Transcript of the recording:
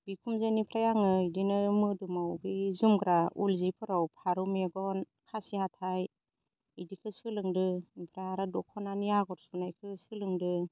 बिखुनजोनिफ्राय आङो इदिनो मोदोमाव बे जोमग्रा उल जिफोराव फारौ मेगन खासि हाथाय इदिखो सोलोंदो ओमफ्राय आरो दख'नानि आगर सुनायखो सोलोंदो